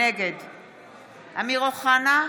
נגד אמיר אוחנה,